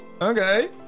Okay